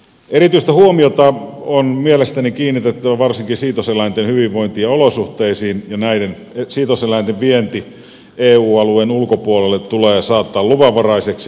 erityistä huomiota on mielestäni kiinnitettävä varsinkin siitoseläinten hyvinvointiin ja olosuhteisiin ja näiden siitoseläinten vienti eu alueen ulkopuolelle tulee saattaa luvanvaraiseksi